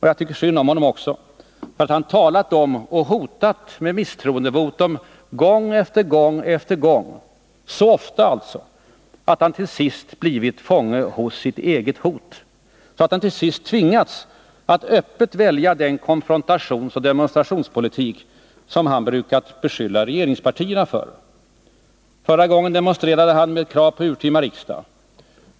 Jag tycker synd om Olof Palme också för att han talat om och hotat med misstroendevotum gång efter gång — ja, så ofta att han till sist blivit fånge hos sitt eget hot, så att han till sist tvingats att öppet välja den konfrontationsoch demonstrationspolitik som han brukat beskylla regeringspartierna för. Förra gången demonstrerade han med ett krav på urtima riksdag.